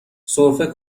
سرفه